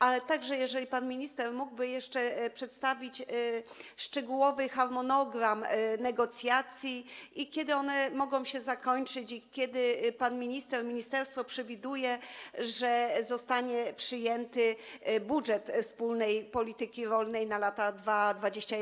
Ale także, jeżeli pan minister mógłby jeszcze przedstawić szczegółowy harmonogram negocjacji, kiedy one mogą się zakończyć i kiedy - jak pan minister przewiduje - zostanie przyjęty budżet wspólnej polityki rolnej na lata 2021–2027?